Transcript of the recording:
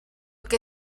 che